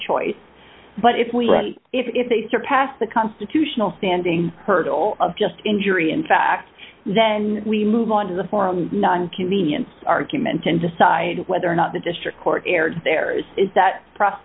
choice but if we right if they surpass the constitutional standing hurdle of just injury in fact then we move on to the farm not inconvenience argument and decide whether or not the district court erred there is is that pro